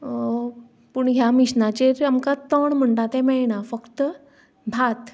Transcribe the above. पूण ह्या मिशिनाचेर आमकां तण म्हणटा तें मेळणा फक्त भात